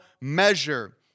measure